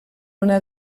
una